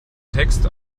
text